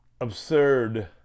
Absurd